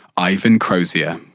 ivan crozier.